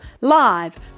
live